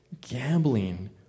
gambling